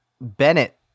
bennett